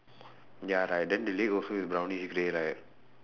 ya right then the leg also is brownish grey right